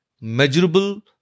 measurable